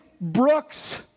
Brooks